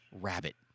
rabbit